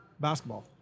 basketball